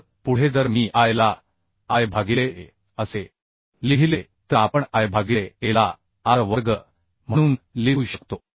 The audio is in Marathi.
तर पुढे जर मी I ला I भागिले A असे लिहिले तर आपण I भागिले A ला r वर्ग म्हणून लिहू शकतो